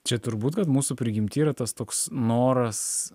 čia turbūt kad mūsų prigimty yra tas toks noras